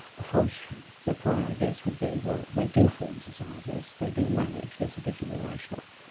hobbes' reply i guess would be, well they do form societies, they do manage, they're sufficiently rational.